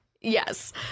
Yes